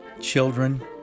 children